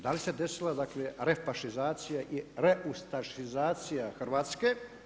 Da li se desila refašizdacija i reustašizacija Hrvatske?